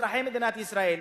אזרחי מדינת ישראל.